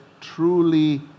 truly